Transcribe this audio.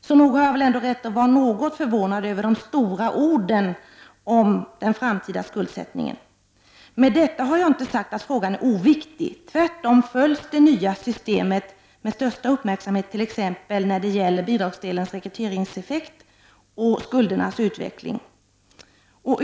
Så nog har jag väl ändå rätt att vara något förvånad över de stora orden om den framtida skuldsättningen? Med detta har jag inte sagt att frågan är oviktig. Tvärtom följs det nya systemet med största uppmärksamhet t.ex. i vad gäller bidragsdelens rekryteringseffekt samt skuldernas utveckling.